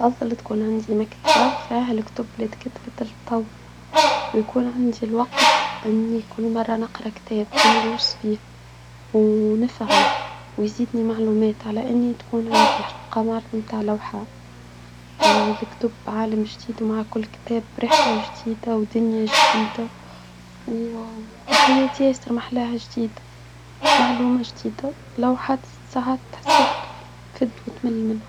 نفضل تكون عندي مكتبة في هالكتب اللي تكتبت للتو. ويكون عندي الوقت اني كل مرة نقرا كتاب ونغوص فيه. ونفهمه ويزيدني معلومات على اني تكون عندي الحقيقة معرفة متاع لوحات. اه الكتب عالم جديد ومع كل كتاب رحلة جديدة ودنيا جديدة وحياة مااحلاها جديدة معلومة جديدة لو تمل منها